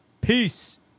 Peace